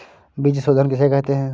बीज शोधन किसे कहते हैं?